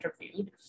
interviewed